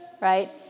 right